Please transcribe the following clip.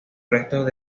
restos